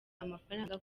amafaranga